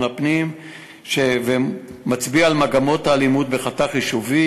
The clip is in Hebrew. הפנים ומצביע על מגמות האלימות בחתך יישובי,